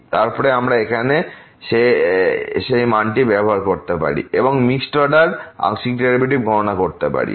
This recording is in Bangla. তারপরে আমরা এখানে সেই মানটি ব্যবহার করতে পারি এবং এই মিক্সড অর্ডার আংশিক ডেরিভেটিভ গণনা করতে পারি